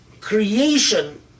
creation